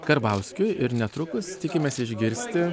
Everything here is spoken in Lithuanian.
karbauskiui ir netrukus tikimasi išgirsti